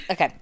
Okay